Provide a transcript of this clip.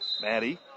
Maddie